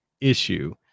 Issue